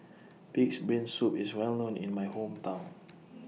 Pig'S Brain Soup IS Well known in My Hometown